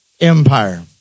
Empire